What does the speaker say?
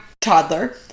toddler